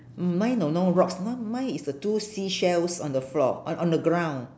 mm mine got no rocks no mine is the two seashells on the floor on on the ground